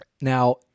Now